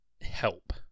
help